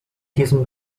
diesem